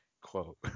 quote